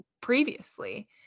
previously